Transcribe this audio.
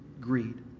greed